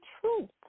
truth